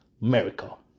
Miracle